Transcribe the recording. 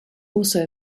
also